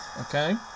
Okay